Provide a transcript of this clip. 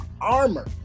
armor